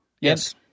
Yes